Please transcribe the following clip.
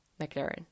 McLaren